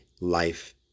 life